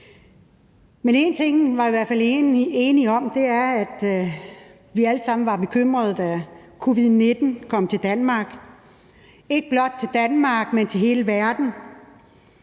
Men en ting, som vi i hvert fald er enige om, er, at vi alle sammen blev bekymrede, da covid-19 kom til Danmark og ikke blot til Danmark, men til hele verden.